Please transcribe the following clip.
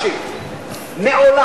השר, תן לי להגיד לך, תקשיב.